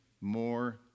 more